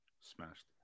smashed